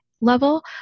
level